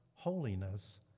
holiness